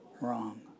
wrong